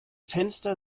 fenster